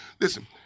Listen